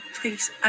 Please